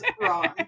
wrong